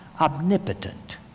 omnipotent